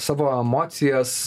savo emocijas